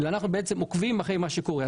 אנחנו בעצם עוקבים אחר מה שקורה.